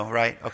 right